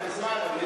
לא באתי אליך בזמן.